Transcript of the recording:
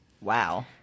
wow